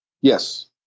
Yes